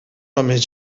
homes